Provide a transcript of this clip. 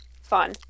Fun